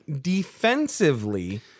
Defensively